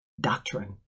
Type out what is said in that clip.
doctrine